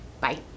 Bye